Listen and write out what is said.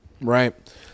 Right